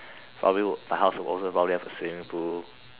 probably would my house would also probably have a swimming pool